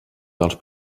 dels